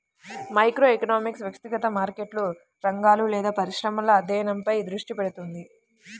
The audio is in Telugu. మైక్రోఎకనామిక్స్ వ్యక్తిగత మార్కెట్లు, రంగాలు లేదా పరిశ్రమల అధ్యయనంపై దృష్టి పెడుతుంది